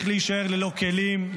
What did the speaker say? בקשיים ביורוקרטיים בלתי מוצדקים.